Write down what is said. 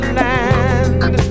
land